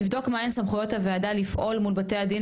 נבדוק מה הן סמכויות הוועדה לפעול מול בתי הדין